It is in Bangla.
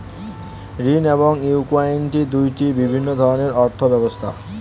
ঋণ এবং ইক্যুইটি দুটি ভিন্ন ধরনের অর্থ ব্যবস্থা